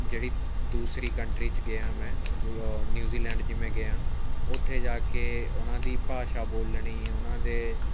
ਜਿਹੜੀ ਦੂਸਰੀ ਕੰਟਰੀ 'ਚ ਗਿਆ ਮੈਂ ਦੂਆ ਨਿਊਜ਼ੀਲੈਂਡ ਜਿਵੇਂ ਗਿਆ ਉੱਥੇ ਜਾ ਕੇ ਉਹਨਾਂ ਦੀ ਭਾਸ਼ਾ ਬੋਲਣੀ ਉਹਨਾਂ ਦੇ